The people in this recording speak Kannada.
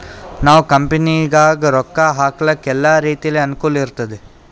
ನಾವ್ ಕಂಪನಿನಾಗ್ ರೊಕ್ಕಾ ಹಾಕ್ಲಕ್ ಎಲ್ಲಾ ರೀತಿಲೆ ಅನುಕೂಲ್ ಇರ್ತುದ್